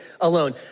alone